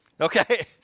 Okay